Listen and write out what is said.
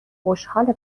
خوشحال